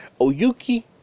Oyuki